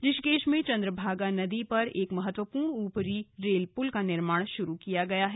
ऋषिकेश में चंद्रभागा नदी पर एक महत्वपूर्ण ऊपरी रेल पुल का निर्माण शुरू किया गया है